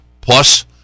plus